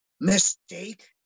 mistake